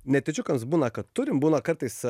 netyčiukams būna kad turim būna kartais